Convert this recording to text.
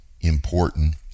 important